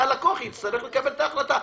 והלקוח יצטרך לקבל את ההחלטה.